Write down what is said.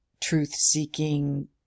truth-seeking